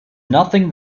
nothing